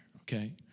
Okay